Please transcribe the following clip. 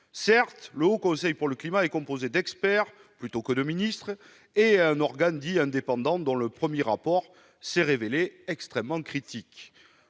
Certes, le Haut Conseil pour le climat est composé d'experts plutôt que de ministres, et il s'agit d'un organe dit indépendant dont le premier rapport s'est révélé extrêmement critique.